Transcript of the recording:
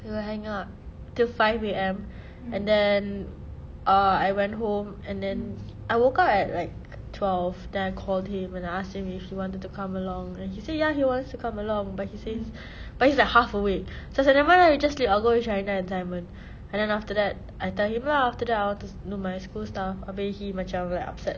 we were hang up till five A_M and then uh I went home and then I woke up at like twelve then I called him and ask him if he wanted to come along and he say ya he wants to come along but he says but he's like half-awake so I was like never mind lah you just sleep I'll go with sharinah and simon and then after that I tell him lah then after that I want to do my school stuff abeh he macam like upset